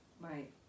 Right